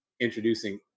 introducing